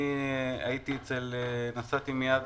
אני נסעתי מיד